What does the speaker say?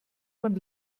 von